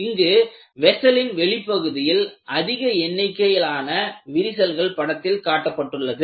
இங்கு வெசலின் வெளிப்பகுதியில் அதிக எண்ணிக்கையான விரிசல்கள் படத்தில் காட்டப்பட்டுள்ளது